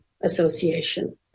association